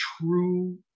true